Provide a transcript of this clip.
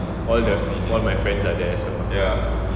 all the all my friends are there also